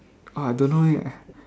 uh I don't know leh